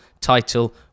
title